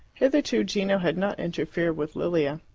hitherto gino had not interfered with lilia.